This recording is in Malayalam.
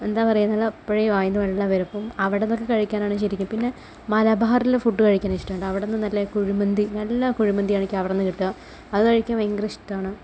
എന്താ പറയുക നല്ല അപ്പോഴേ വായിൽ നിന്ന് വെള്ളം വരും അപ്പോൾ അവിടെ നിന്നൊക്കെ കഴിക്കാനാണ് ശരിക്കും പിന്നെ മലബാറിലെ ഫുഡ് കഴിക്കാന് ഇഷ്ടം ഒണ്ട് അവിടെ നിന്ന് നല്ല കുഴിമന്തീം നല്ല കുഴിമന്തിയാണ് എനിക്ക് അവിടെ നിന്ന് കിട്ടുക അത് കഴിക്കാന് ഭയങ്കര ഇഷ്ടമാണ്